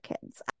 kids